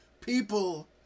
people